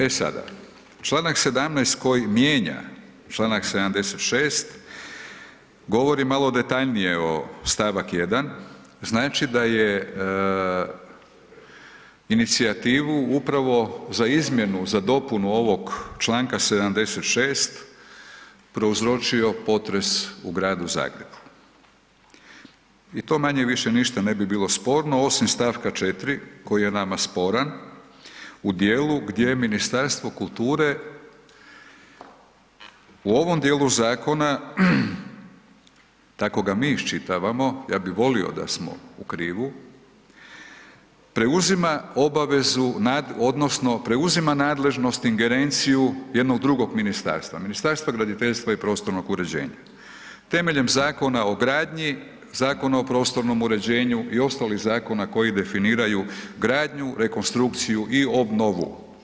E sada čl. 17. koji mijenja čl. 76. govori malo detaljnije o st. 1. znači da je inicijativu upravo za izmjenu, za dopunu ovog čl. 76. prouzročio potres u gradu Zagrebu i to manje-više ne bi bilo ništa sporno, osim st. 4. koji je nama sporan u dijelu gdje Ministarstvo kulture u ovom dijelu zakona, tako ga mi iščitavamo, ja bih volio da smo u krivu, preuzima obavezu odnosno preuzima nadležnost, ingerenciju jednog drugog ministarstva, Ministarstva graditeljstva i prostornog uređenja, temeljem Zakona o gradnji, Zakona o prostornom uređenju i ostalih zakona koji definiraju gradnju, rekonstrukciju i obnovu.